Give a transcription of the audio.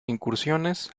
incursiones